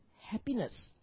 happiness